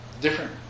different